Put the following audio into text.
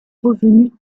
revenu